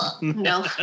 No